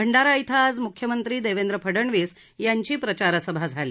भंडारा इथं आज म्ख्यमंत्री देवेंद्र फडणवीस यांची प्रचार सभा झाली